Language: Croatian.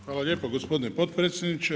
Hvala lijepo gospodine potpredsjedniče.